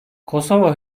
kosova